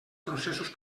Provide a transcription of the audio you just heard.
processos